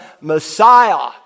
Messiah